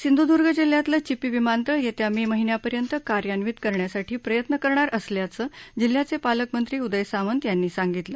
सिंध्र्दर्ग जिल्ह्यातलं चिपी विमानतळ येत्या मे महिन्यापर्यंत कार्यान्वित करण्यासाठी प्रयत्न करणार असल्याचं जिल्ह्याचे पालकमंत्री उदय सामंत यांनी सांगितलं